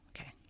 okay